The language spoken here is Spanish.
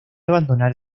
abandonar